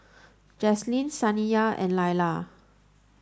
Jaclyn Saniyah and Lila